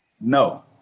No